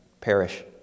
perish